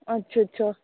ਅੱਛਾ ਅੱਛਾ